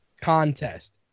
contest